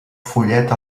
follet